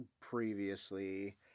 previously